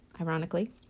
ironically